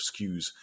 skews